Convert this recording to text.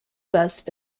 best